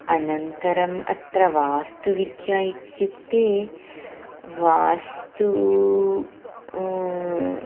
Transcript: अनन्तरम् अत्र वास्तुविद्या इत्युक्ते वास्तु